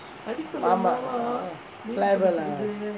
ஆமா:aamaa clever lah